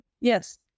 Yes